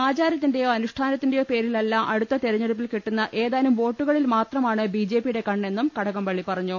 ആചാരത്തിന്റെയോ അനുഷ്ഠാനത്തിന്റെയോ പേരിലല്ല അടുത്ത തെരഞ്ഞെടുപ്പിൽ കിട്ടുന്ന ഏതാനും വോട്ടുകളിൽ മാത്ര മാണ് ബി ജെ പിയുടെ കണ്ണെന്നും കടകംപള്ളി പറഞ്ഞു